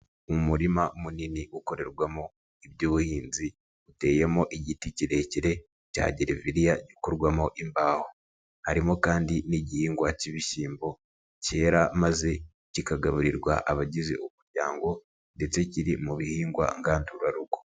Umurima munini ukorerwamo iby'ubuhinzi, uteyemo igiti kirekire cya Geleviriya ikorwamo imbaho. Harimo kandi n'igihingwa k'ibishyimbo kera maze kikagaburirwa abagize umuryango ndetse kiri mu bihingwa ngandurarugo.